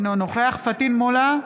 אינו נוכח פטין מולא,